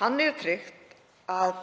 Þannig er tryggt að